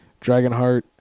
Dragonheart